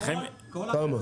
תגיד כמה.